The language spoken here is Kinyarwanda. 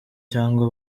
cyangwa